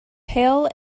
pale